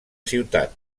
ciutat